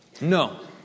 No